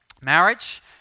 marriage